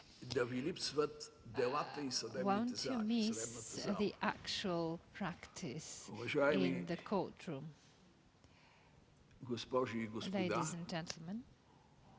Уважаеми госпожи и господа